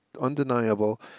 undeniable